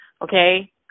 Okay